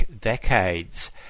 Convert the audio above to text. decades